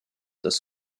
des